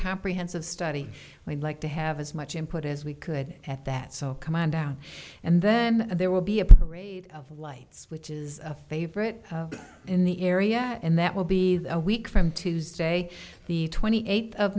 comprehensive study we'd like to have as much input as we could at that so come on down and then there will be a parade of lights which is a favorite in the area and that will be a week from tuesday the twenty eighth of